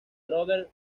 brothers